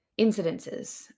incidences